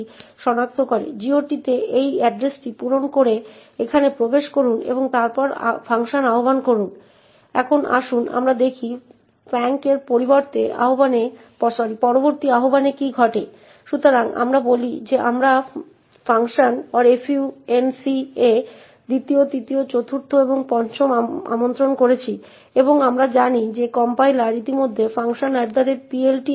এখন যদি আমরা এই নির্দিষ্ট user string এর দিকে তাকাই তাহলে আমরা যা দেখতে পাই তা হল যে এটিতে গ্লোবাল ভেরিয়েবলের এড্রেস রয়েছে